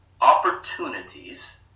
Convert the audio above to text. opportunities